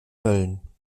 mölln